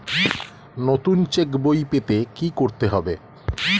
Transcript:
নতুন চেক বই পেতে কী করতে হবে?